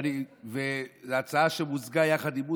זאת הצעה שמוזגה יחד עם מוסי.